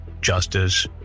justice